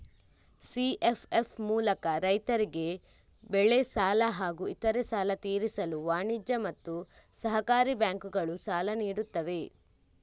CFF ಮೂಲಕ ರೈತರಿಗೆ ಬೆಳೆ ಸಾಲ ಹಾಗೂ ಇತರೆ ಸಾಲ ತೀರಿಸಲು ವಾಣಿಜ್ಯ ಮತ್ತು ಸಹಕಾರಿ ಬ್ಯಾಂಕುಗಳು ಸಾಲ ನೀಡುತ್ತವೆ